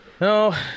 No